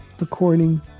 according